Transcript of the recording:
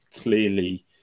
clearly